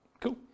Cool